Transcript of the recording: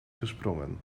gesprongen